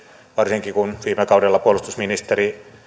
varsinkin kun viime kaudella puolustusministeri